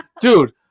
dude